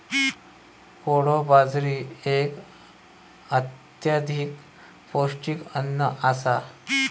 कोडो बाजरी एक अत्यधिक पौष्टिक अन्न आसा